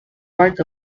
part